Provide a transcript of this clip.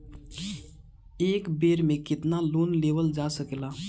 एक बेर में केतना लोन लेवल जा सकेला?